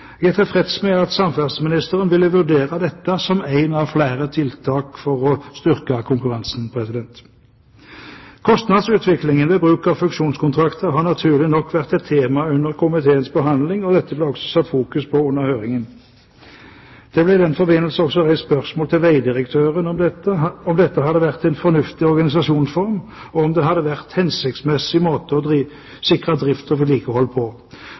Jeg er tilfreds med at samferdselsministeren ville vurdere dette som et av flere tiltak for å styrke konkurransen. Kostnadsutviklingen ved bruk av funksjonskontrakter har naturlig nok vært et tema under komiteens behandling, og dette ble det også fokusert på under høringen. Det ble i den forbindelse også reist spørsmål til vegdirektøren om dette hadde vært en fornuftig organisasjonsform, og om det hadde vært en hensiktsmessig måte å sikre drift og vedlikehold på,